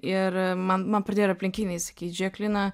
ir man man pradėjo ir aplinkiniai sakyt žiūrėk lina